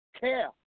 care